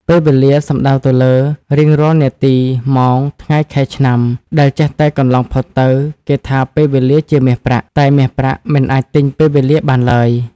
ពេលវេលា សំដៅទៅលើរៀងរាល់នាទី ម៉ោង ថ្ងៃ ខែ ឆ្នាំ ដែលចេះតែកន្លងផុតទៅ គេថាពេលវេលាជាមាសប្រាក់ តែមាសប្រាក់មិនអាចទិញពេលវេលាបានឡើយ។